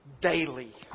daily